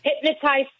hypnotize